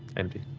empty.